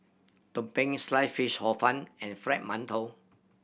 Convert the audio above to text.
tumpeng Sliced Fish Hor Fun and Fried Mantou